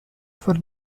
for